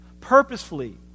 purposefully